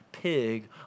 pig